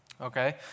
Okay